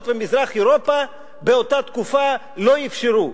ומזרח-אירופה באותה תקופה לא אפשרו,